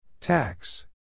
Tax